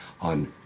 on